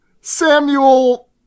Samuel